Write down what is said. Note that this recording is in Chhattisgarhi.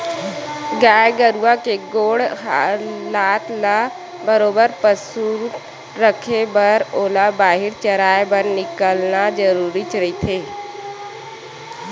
गाय गरुवा के गोड़ हात ल बरोबर पसुल रखे बर ओला बाहिर चराए बर निकालना जरुरीच रहिथे